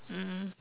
mm